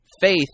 Faith